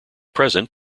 present